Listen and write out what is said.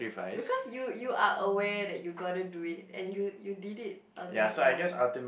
because you you are aware that you got to do it and you you did it ultimately